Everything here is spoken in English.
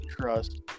trust